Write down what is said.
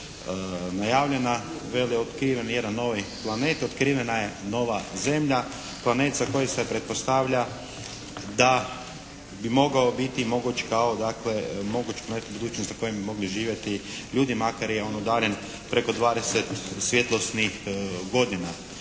najavljena, veli otkriven jedan novi planet, otkrivena je nova zemlja, planet za koji se pretpostavlja da bi mogao biti, mogući kao dakle, mogli planet u budućnosti na kojem bi mogli živjeti ljudi makar je on udaljen preko 20 svjetlosnih godina.